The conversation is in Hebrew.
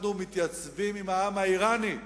אנחנו מתייצבים עם העם האירני,